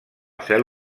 cel